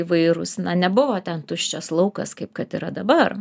įvairūs na nebuvo ten tuščias laukas kaip kad yra dabar